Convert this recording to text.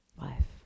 life